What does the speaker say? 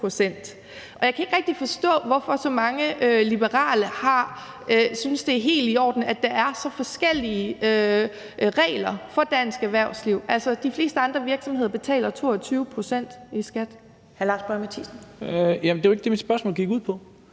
Jeg kan ikke rigtig forstå, hvorfor så mange liberale synes, det er helt i orden, at der er så mange forskellige regler for dansk erhvervsliv. Altså, de fleste andre virksomheder betaler 22 pct. i skat. Kl. 11:27 Første næstformand